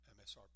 MSRP